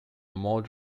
mod